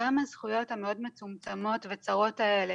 גם הזכויות המאוד מצומצמות וצרות האלה